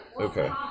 Okay